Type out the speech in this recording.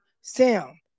Sam